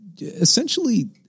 essentially